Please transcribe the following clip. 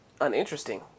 uninteresting